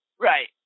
Right